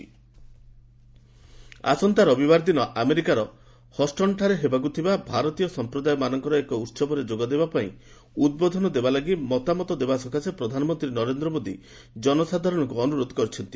PM howdy Modi ଆସନ୍ତା ରବିବାର ଦିନ ଆମେରିକାର ହଷ୍ଟନ୍ଠାରେ ହେବାକୁଥିବା ଭାରତୀୟ ସମ୍ପ୍ରଦାୟମାନଙ୍କର ଏକ ଉହବରେ ଯୋଗ ଦେବା ସକାଶେ ଉଦ୍ବୋଧନ ଲାଗି ମତାମତ ଦେବା ପାଇଁ ପ୍ରଧାନମନ୍ତ୍ରୀ ନରେନ୍ଦ୍ର ମୋଦୀ ଜନସାଧାରଣଙ୍କୁ ଅନୁରୋଧ କରିଛନ୍ତି